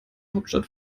hauptstadt